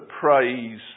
praise